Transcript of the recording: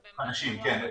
זאת רמת הסיכון.